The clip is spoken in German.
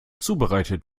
zubereitet